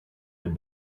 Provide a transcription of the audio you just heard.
had